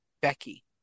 Becky